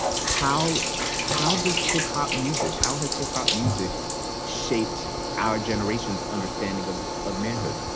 how how does hip-hop music how has hip-hop music shaped our generation's understanding of of manhood?